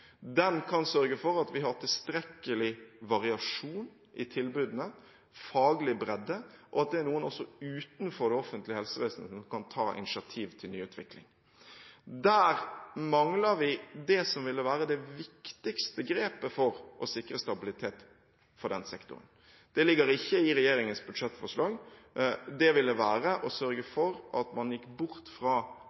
Den kan sørge for at vi har tilstrekkelig variasjon i tilbudene og faglig bredde, og at det er noen også utenfor det offentlige helsevesenet som kan ta initiativ til nyutvikling. Der mangler vi det som ville være det viktigste grepet for å sikre stabilitet for den sektoren, og det ligger ikke i regjeringens budsjettforslag, nemlig å sørge for at man i denne sektoren gikk bort fra